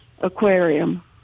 aquarium